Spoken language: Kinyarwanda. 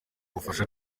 bufasha